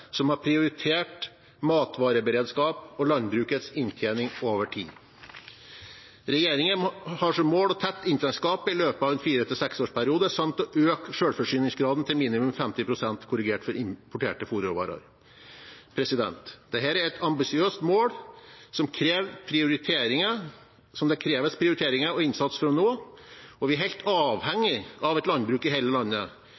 som har prioritert matvareberedskap og landbrukets inntjening over tid. Regjeringen har som mål å tette inntektsgapet i løpet av en 4–6-årsperiode samt å øke selvforsyningsgraden til minimum 50 pst., korrigert for importerte fôrråvarer. Dette er et ambisiøst mål som det kreves prioriteringer og innsats for å nå. Vi er helt